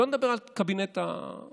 לא נדבר על קבינט הקורונה.